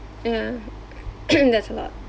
ya that's a lot